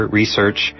research